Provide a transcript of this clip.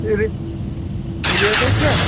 رے rate کیٛاہ